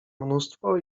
mnóstwo